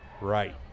right